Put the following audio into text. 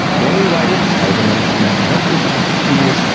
then we waited. i was on the national mental health commission for six years,